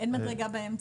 אין מדרגה באמצע.